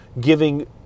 giving